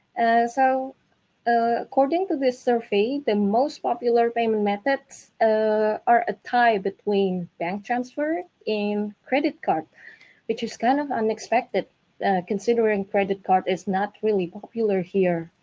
so ah according to this survey, the most popular payment methods ah are a tie between bank transfer and credit card which is kind of unexpected considering credit card is not really popular here.